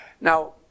Now